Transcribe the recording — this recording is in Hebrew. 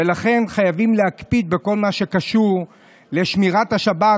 ולכן חייבים להקפיד בכל מה שקשור לשמירת השבת,